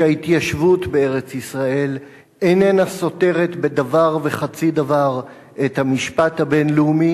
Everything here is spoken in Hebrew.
שההתיישבות בארץ-ישראל איננה סותרת בדבר וחצי דבר את המשפט הבין-לאומי.